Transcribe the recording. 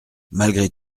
malgré